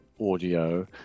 audio